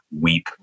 weep